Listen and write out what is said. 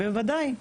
בוודאי,